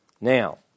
Now